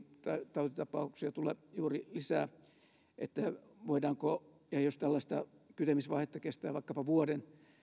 tautitapauksia ei tule juuri lisää ja jos tällaista kytemisvaihetta kestää vaikkapa vuoden